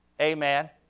Amen